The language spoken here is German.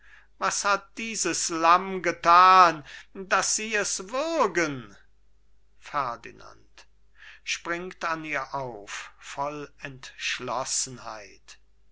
was hat dieses lamm gethan daß sie es würgen ferdinand